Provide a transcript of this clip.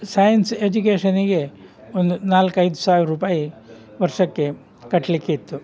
science ಎಜುಕೇಶನಿಗೆ ಒಂದು ನಾಲ್ಕೈದು ಸಾವಿರ ರೂಪಾಯಿ ವರ್ಷಕ್ಕೆ ಕಟ್ಟಲಿಕ್ಕೆ ಇತ್ತು